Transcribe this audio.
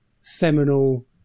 seminal